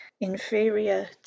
inferior